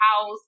house